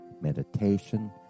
meditation